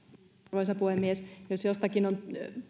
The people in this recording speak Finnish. arvoisa puhemies jos jostakin